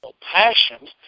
passion